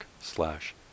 slash